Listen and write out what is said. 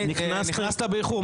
נכנסת באיחור.